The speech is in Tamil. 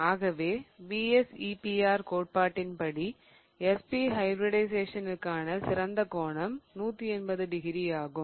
ஆகவே VSEPR கோட்பாட்டின் படி sp ஹைபிரிடிஷயேசனிற்கான சிறந்த கோணம் 180 டிகிரி ஆகும்